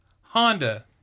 Honda